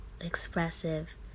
expressive